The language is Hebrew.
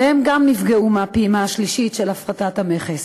וגם הם נפגעו מהפעימה השלישית של הפחתת המכס.